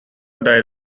died